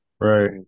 right